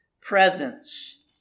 presence